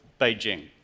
Beijing